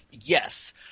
Yes